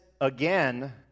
again